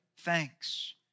thanks